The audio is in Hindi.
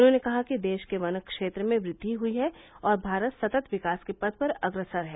उन्होंने कहा कि देश के वन क्षेत्र में वृद्धि हुई है और भारत सतत विकास के पथ पर अग्रसर है